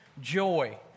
joy